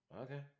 Okay